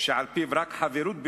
על-פי החוק רק חברות בארגון,